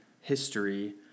history